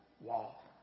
wall